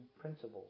principles